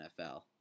NFL